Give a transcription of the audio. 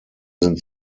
sind